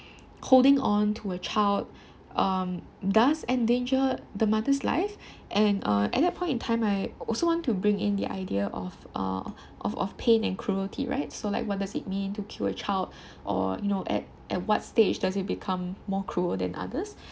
holding on to a child um does endangers the mother's life and uh at that point in time I also want to bring in the idea of uh of of pain and cruelty right so like what does it mean to kill a child or you know at at what stage does it become more cruel than others